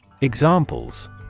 Examples